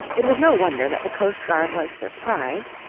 it was no wonder that the coastguard was surprised,